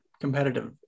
competitive